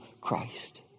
Christ